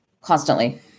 constantly